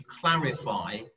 clarify